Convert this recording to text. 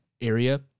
area